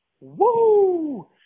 woo